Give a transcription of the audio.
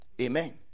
Amen